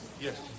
yes